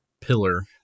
pillar